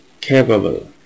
CAPABLE